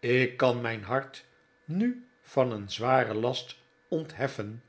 ik kan mijn hart nu van een zwaren last ontheffen